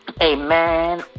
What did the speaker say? Amen